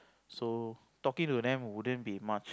so talking to them wouldn't be much